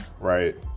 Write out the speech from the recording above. right